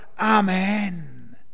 Amen